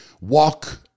walk